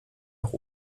auch